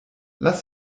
lass